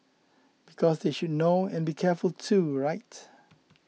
because they should know and be careful too right